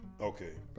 Okay